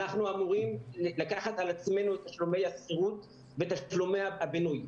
אנחנו אמורים לקחת על עצמנו את תשלומי השכירות ותשלומי הבינוי.